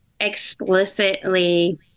explicitly